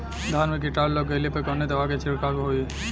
धान में कीटाणु लग गईले पर कवने दवा क छिड़काव होई?